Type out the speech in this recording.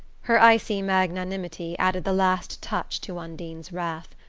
her icy magnanimity added the last touch to undine's wrath.